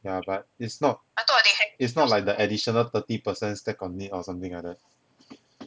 yeah but is not is not like the additional thirty percent stack on it or something like that